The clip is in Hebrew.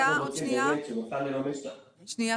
אם אנחנו רוצים באמת שנוכל לממש --- שנייה,